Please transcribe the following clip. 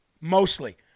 mostly